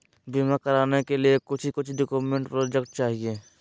बीमा कराने के लिए कोच्चि कोच्चि डॉक्यूमेंट प्रोजेक्ट चाहिए?